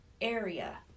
area